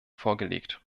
vorgelegt